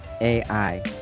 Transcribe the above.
ai